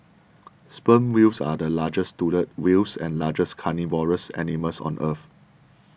sperm whales are the largest toothed whales and largest carnivorous animals on earth